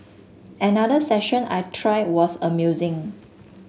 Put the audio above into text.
another session I tried was amusing